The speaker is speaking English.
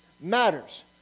matters